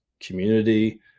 community